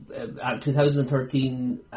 2013